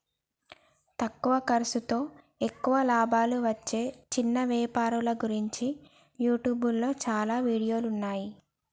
తక్కువ ఖర్సుతో ఎక్కువ లాభాలు వచ్చే చిన్న వ్యాపారాల గురించి యూట్యూబ్లో చాలా వీడియోలున్నయ్యి